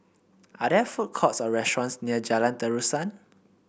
are there food courts or restaurants near Jalan Terusan